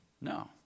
No